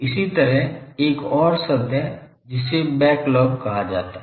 इसी तरह एक और शब्द है जिसे बैक लोब कहा जाता है